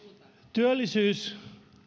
työllisyys